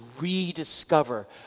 rediscover